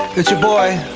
it's your boy,